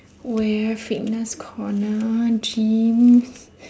where fitness corner gyms